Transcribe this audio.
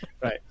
Right